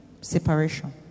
Separation